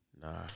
Nah